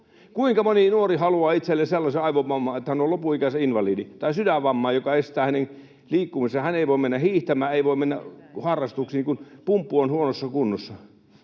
Kuinka moni nuori haluaa itselleen sellaisen aivovamman, että hän on lopun ikäänsä invalidi, tai sydänvamman, joka estää hänen liikkumisensa, eikä hän voi mennä hiihtämään eikä voi mennä harrastuksiin, kun pumppu on huonossa kunnossa?